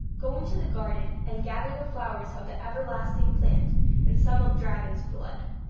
go into the garden and gather the flowers of the everlasting plant and some of dragon's blood.